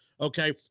okay